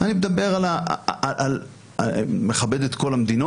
אני מכבד את כל המדינות,